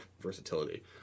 versatility